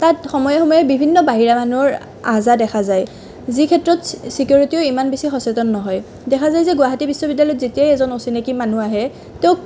তাত সময়ে সময়ে বিভিন্ন বাহিৰা মানুহৰ আহ যাহ দেখা যায় যি ক্ষেত্ৰত চিকিউৰিটীও ইমান বেছি সচেতন নহয় দেখা যায় যে গুৱাহাটী বিশ্ববিদ্যালয়ত যেতিয়াই এজন অচিনাকি মানুহ আহে তেওঁক